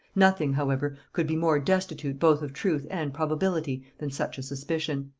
nothing, however, could be more destitute both of truth and probability than such a suspicion.